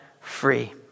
free